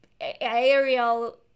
aerial